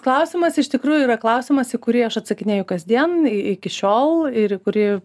klausimas iš tikrųjų yra klausimas į kurį aš atsakinėju kasdien iki šiol ir į kurį